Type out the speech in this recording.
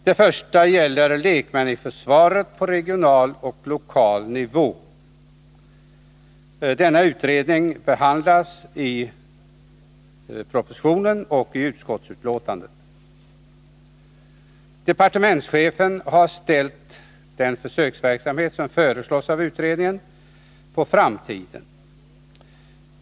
Det första yttrandet gäller lekmän i försvaret på regional och lokal nivå. Denna utredning behandlas i propositionen och även i utskottsbetänkandet. Departementschefen har ställt den försöksverksamhet som föreslås av utredningen på framtiden.